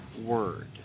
word